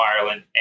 Ireland